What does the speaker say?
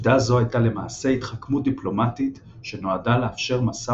עובדה זו הייתה למעשה התחכמות דיפלומטית שנועדה לאפשר משא